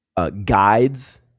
Guides